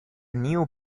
new